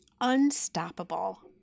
unstoppable